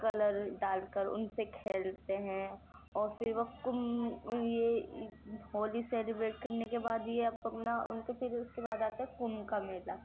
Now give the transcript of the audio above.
colour ڈال کر ان سے کھیلتے ہیں اور پھر وہ ہولی سیلیبریٹ کرنے کے بعد یہ اب اپنا ان کو پھر اس کے بعد آتا ہے کمبھ کا میلہ